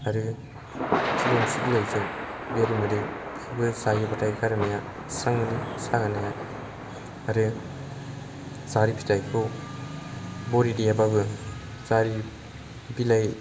आरो थुलुंसि बिलाइजों बेरे मोदै बेखौबो जायोबाथाय गारामाया स्रां मोनो सागानाया आरो जारि फिथाइखौ बरि देयाबाबो जारि बिलाइ